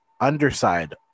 underside